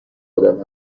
آدم